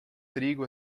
trigo